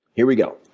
here we go.